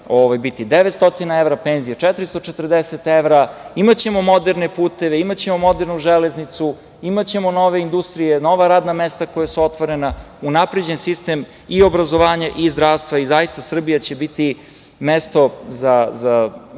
900 evra, penzije 440 evra. Imaćemo moderne puteve, imaćemo modernu železnicu, imaćemo nove industrije, nova radna mesta koja su otvorena, unapređen sistem i obrazovanja i zdravstva i zaista Srbija će biti mesto za